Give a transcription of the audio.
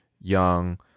young